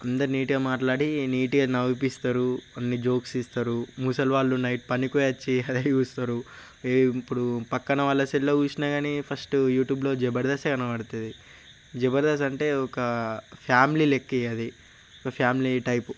అందరు నీట్గా మాట్లాడి నీట్గా నవ్విస్తారు అన్నీ జోక్స్ వేస్తారు ముసలి వాళ్ళు నైట్ పనికిపోయొచ్చి అదే చూస్తారు ఇప్పుడు పక్కన వాళ్ళ సెల్లో చూసినా కానీ ఫస్ట్ యుట్యూబ్లో జబర్దస్తే కనబడుతుంది జబర్దస్త్ అంటే ఒక ఫ్యామిలీ లెక్క అది ఫ్యామిలీ టైపు